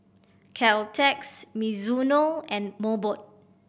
Caltex Mizuno and Mobot